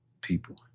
people